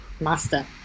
Master